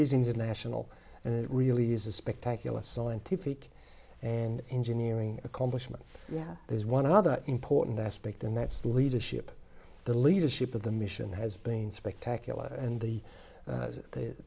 international and it really is a spectacular scientific and engineering accomplishment yeah there's one other important aspect and that's the leadership the leadership of the mission has been spectacular and the